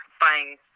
buying